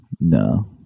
No